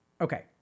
Okay